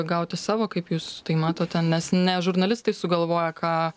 gauti savo kaip jūs tai matote nes ne žurnalistai sugalvoja ką